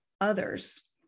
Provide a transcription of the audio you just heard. others